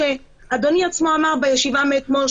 כמו שאדוני עצמו אמר בישיבה אתמול,